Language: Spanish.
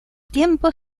tiempo